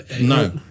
no